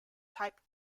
type